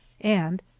and